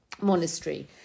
Monastery